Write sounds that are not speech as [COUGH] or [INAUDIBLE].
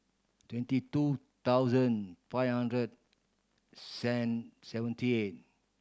twenty two thousand five hundred [UNINTELLIGIBLE] seventy eight